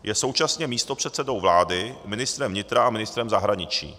Je současně místopředsedou vlády, ministrem vnitra a ministrem zahraničí.